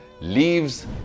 leaves